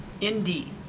Indeed